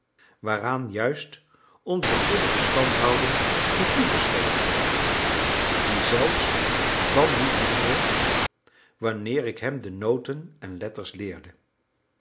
waaraan juist onze goede verstandhouding moet toegeschreven worden die zelfs dan niet minder werd wanneer ik hem de noten en letters leerde